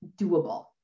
doable